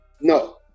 No